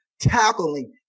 Tackling